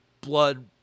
blood